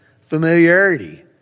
Familiarity